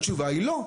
התשובה היא לא.